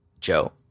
Joe